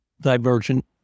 divergent